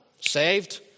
Saved